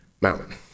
mountain